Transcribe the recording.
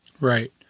right